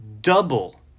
double